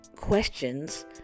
questions